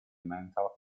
mental